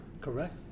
Correct